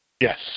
Yes